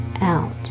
out